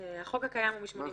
החוק הקיים הוא מ-82.